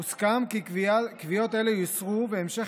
הוסכם כי קביעות אלה יוסרו וכי המשך